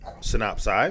synopsis